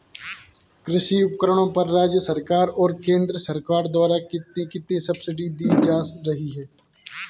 कृषि उपकरणों पर राज्य सरकार और केंद्र सरकार द्वारा कितनी कितनी सब्सिडी दी जा रही है?